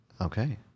Okay